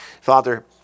Father